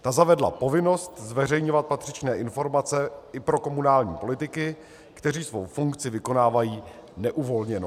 Ta zavedla povinnost zveřejňovat patřičné informace i pro komunální politiky, kteří svou funkci vykonávají neuvolněnou.